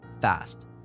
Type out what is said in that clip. fast